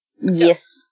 Yes